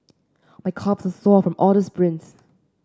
my calves are sore from all the sprints